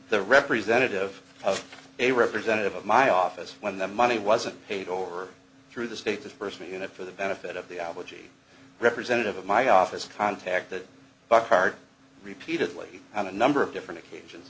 the representative of a representative of my office when the money wasn't paid over through the state this person in a for the benefit of the allergy representative of my office contacted buckhart repeatedly on a number of different occasions